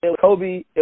Kobe